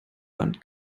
wand